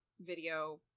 video